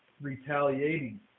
retaliating